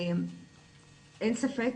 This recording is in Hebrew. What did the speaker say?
אין ספק.